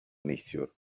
neithiwr